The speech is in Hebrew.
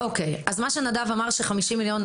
מה שנדב אמר לגבי ה-50 מיליון,